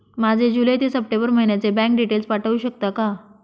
माझे जुलै ते सप्टेंबर महिन्याचे बँक डिटेल्स पाठवू शकता का?